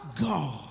God